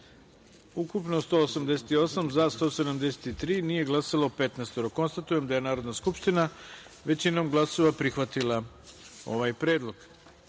ukupno – 188, za – 173, nije glasalo – 15.Konstatujem da je Narodna skupština većinom glasova prihvatila ovaj predlog. Pošto